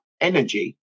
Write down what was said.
energy